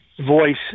voice